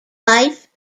life